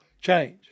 change